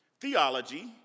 theology